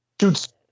shoots